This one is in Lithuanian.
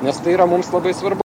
nes tai yra mums labai svarbu